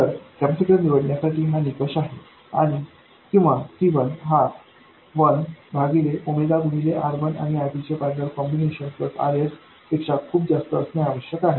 तर कॅपेसिटर निवडण्यासाठी हा निकष आहे किंवा C1हा 1 भागिले गुणिले R1आणिR2चे पैरलेल कॉम्बिनेशन प्लस RSपेक्षा खूप जास्त असणे आवश्यक आहे